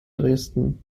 dresden